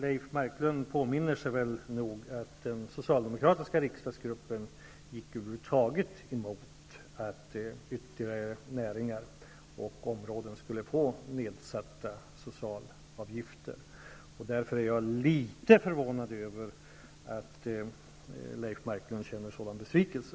Leif Marklund kan nog påminna sig att den socialdemokratiska riksdagsgruppen gick över huvud taget emot att ytterligare näringar och områden skulle få nedsatta socialavgifter. Därför är jag litet förvånad över att Leif Marklund känner en sådan besvikelse.